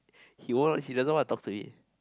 he won't he doesn't want to talk to me